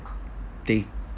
they